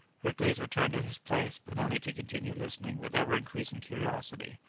hercules returned to his place, but only to continue listening with ever-increasing curiosity.